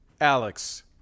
Alex